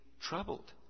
troubled